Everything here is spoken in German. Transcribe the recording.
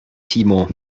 timo